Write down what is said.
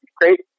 great